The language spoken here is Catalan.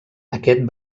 aquest